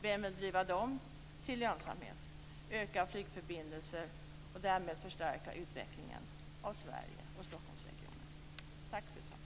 Vem vill driva dem till lönsamhet, öka flygförbindelserna och därmed förstärka utvecklingen av Sverige och Stockholmsregionen?